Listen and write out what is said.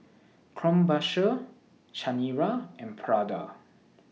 Krombacher Chanira and Prada